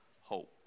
hope